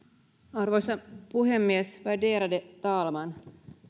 arvoisa puhemies värderade talman